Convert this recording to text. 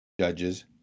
Judges